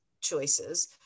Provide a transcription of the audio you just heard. choices